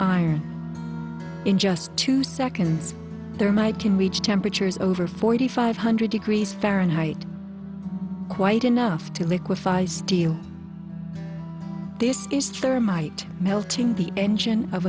iron in just two seconds there might can reach temperatures over forty five hundred degrees fahrenheit quite enough to liquify steel this is thermite melting the engine of